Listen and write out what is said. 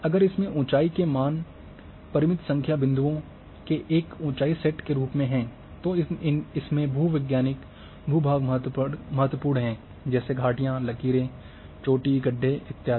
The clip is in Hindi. अगर इसमें ऊँचाई के मान परिमित संख्या बिंदुओं के एक ऊँचाई के सेट के रूप में हैं तो इसमें भू वैज्ञानिक भू भाग महत्वपूर्ण हैं जैसे घाटियाँ लकीरें चोटी गड्ढे आदि